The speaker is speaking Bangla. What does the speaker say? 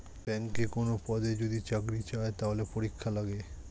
ব্যাংকে কোনো পদে যদি চাকরি চায়, তাহলে পরীক্ষা লাগে